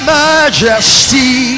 majesty